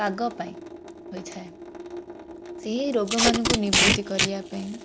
ପାଗ ପାଇଁ ହୋଇଥାଏ ସେଇ ରୋଗମାନଙ୍କୁ ନିବୃତି କରିବା ପାଇଁ